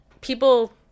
people